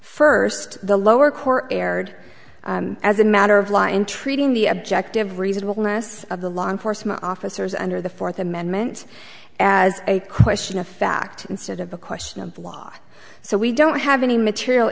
first the lower court erred as a matter of law in treating the objective reasonableness of the law enforcement officers under the fourth amendment as a question of fact instead of a question of law so we don't have any material